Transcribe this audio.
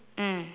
mm